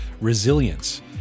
resilience